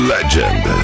Legend